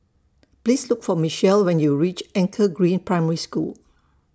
Please Look For Michele when YOU REACH Anchor Green Primary School